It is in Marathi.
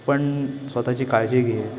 पण स्वतःची काळजी घे